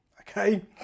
okay